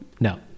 No